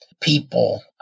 people